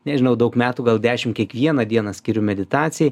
nežinau daug metų gal dešim kiekvieną dieną skiriu meditacijai